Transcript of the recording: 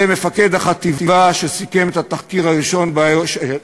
זה מפקד החטיבה שסיכם את התחקיר הראשוני